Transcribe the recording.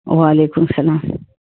وعلیکم سلام